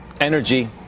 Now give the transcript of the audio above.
Energy